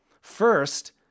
First